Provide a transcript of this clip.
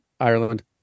Ireland